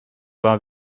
war